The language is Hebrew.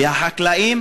והחקלאים